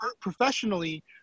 professionally